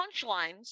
punchlines